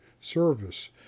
service